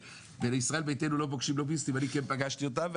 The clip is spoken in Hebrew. לישראל ביתנו שלא פוגשים לוביסטים אני כן פגשתי אותם.